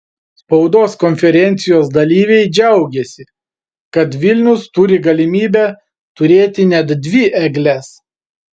spaudos konferencijos dalyviai džiaugėsi kad vilnius turi galimybę turėti net dvi egles